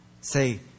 say